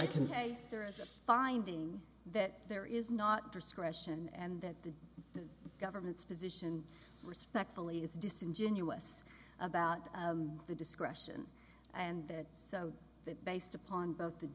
a finding that there is not discretion and that the government's position respectfully is disingenuous about the discretion and that so that based upon both the